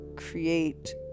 create